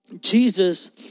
Jesus